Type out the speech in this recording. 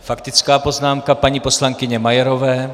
Faktická poznámka paní poslankyně Majerové.